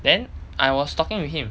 then I was talking with him